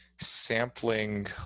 sampling